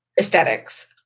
aesthetics